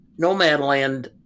Nomadland